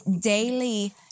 daily